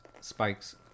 spikes